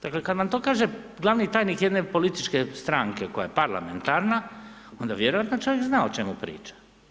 Dakle kada vam to kaže glavni tajnik jedne političke stranke koja je parlamentarna onda vjerojatno čovjek zna o čemu priča.